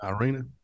Irina